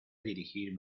dirigir